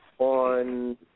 on